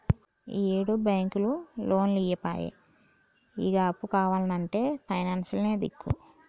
ఈయేడు బాంకులు లోన్లియ్యపాయె, ఇగ అప్పు కావాల్నంటే పైనాన్సులే దిక్కు